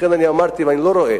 לכן אמרתי, ואני לא רואה,